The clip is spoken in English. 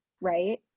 right